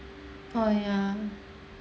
err ya